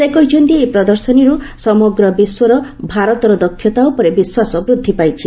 ସେ କହିଛନ୍ତି ଏହି ପ୍ରଦର୍ଶନରୁ ସମଗ୍ର ବିଶ୍ୱର ଭାରତର ଦକ୍ଷତା ଉପରେ ବିଶ୍ୱାସ ବୃଦ୍ଧି ପାଇଛି